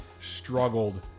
struggled